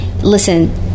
listen